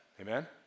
Amen